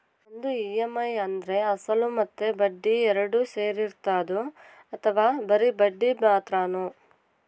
ಒಂದು ಇ.ಎಮ್.ಐ ಅಂದ್ರೆ ಅಸಲು ಮತ್ತೆ ಬಡ್ಡಿ ಎರಡು ಸೇರಿರ್ತದೋ ಅಥವಾ ಬರಿ ಬಡ್ಡಿ ಮಾತ್ರನೋ?